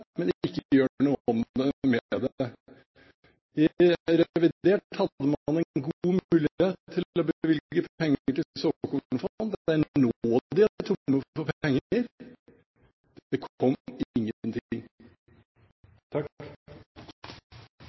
men ikke gjør noe med det. I revidert hadde man god mulighet til å bevilge penger til såkornfond. Det er nå de er tomme for penger. Det kom